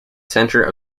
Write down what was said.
center